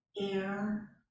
air